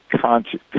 conscious